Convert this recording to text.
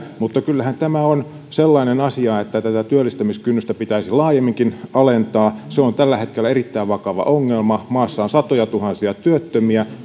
mutta kyllähän tämä on sellainen asia että tätä työllistämiskynnystä pitäisi laajemminkin alentaa se on tällä hetkellä erittäin vakava ongelma maassa on satojatuhansia työttömiä